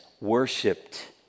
worshipped